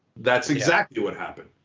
that's exactly what happened.